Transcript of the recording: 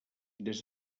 des